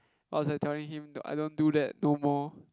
I was like telling him d~ I don't do that no more